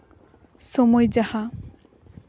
ᱥᱚᱢᱚᱭ ᱡᱟᱦᱟᱸ